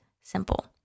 simple